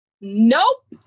Nope